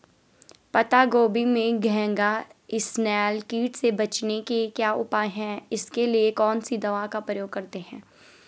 पत्ता गोभी में घैंघा इसनैल कीट से बचने के क्या उपाय हैं इसके लिए कौन सी दवा का प्रयोग करते हैं?